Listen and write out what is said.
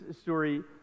story